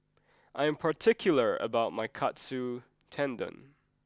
I am particular about my Katsu Tendon